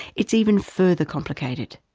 it's even further complicated.